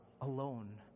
alone